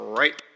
right